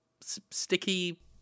sticky